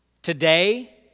Today